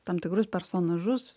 tam tikrus personažus